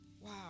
wow